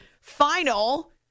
final